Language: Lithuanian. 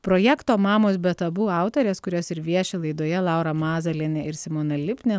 projekto mamos be tabu autorės kurios ir vieši laidoje laura mazalienė ir simona lipnė